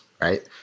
right